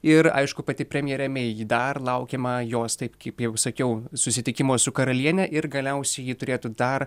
ir aišku pati premjerė mei ji dar laukiama jos taip kaip jau sakiau susitikimo su karaliene ir galiausiai ji turėtų dar